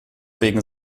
wegen